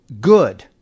good